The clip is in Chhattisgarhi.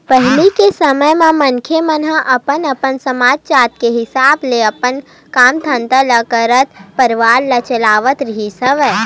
पहिली के समे म मनखे मन ह अपन अपन समाज, जात के हिसाब ले अपन काम धंधा ल करत परवार चलावत रिहिस हवय